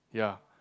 ya